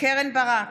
קרן ברק,